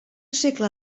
segle